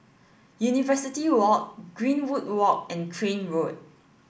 University Walk Greenwood Walk and Crane Road